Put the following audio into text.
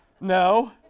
no